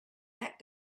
that